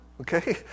Okay